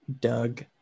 doug